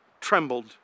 trembled